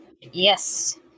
Yes